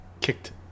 kicked